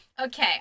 Okay